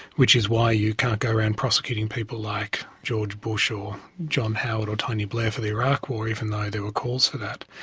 which is why you can't go around prosecuting people like george bush or john howard or tony blair for the iraq war, even though there were calls for that.